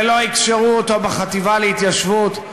ולא יקשרו אותו בחטיבה להתיישבות.